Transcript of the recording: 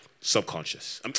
subconscious